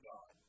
God